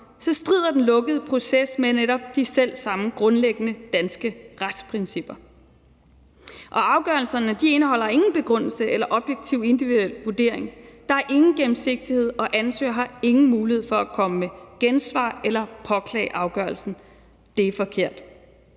strider den lukkede proces mod netop de selv samme grundlæggende danske retsprincipper. Og afgørelserne indeholder ingen begrundelse eller objektiv, individuel vurdering, der er ingen gennemsigtighed, og ansøger har ingen mulighed for at komme med gensvar eller påklage afgørelsen. Det er forkert!